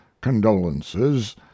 condolences